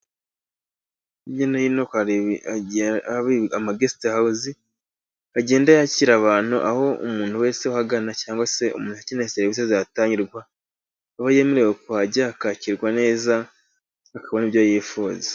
Hirya no hino hagiye hari amagesite hawuzi, agenda yakira abantu. Aho umuntu wese uhagana cyangwa se umuntu ukeneye serivisi zihatangirwa, aho yemerewe kuhajya akakirwa neza akabona ibyo yifuza.